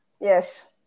Yes